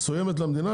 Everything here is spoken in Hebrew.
מסוימת למדינה?